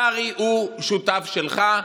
קרעי הוא שותף שלך,